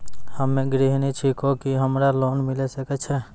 हम्मे गृहिणी छिकौं, की हमरा लोन मिले सकय छै?